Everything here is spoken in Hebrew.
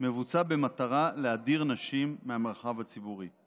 מבוצע במטרה להדיר נשים מהמרחב הציבורי.